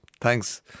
Thanks